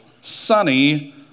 sunny